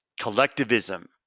collectivism